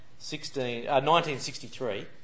1963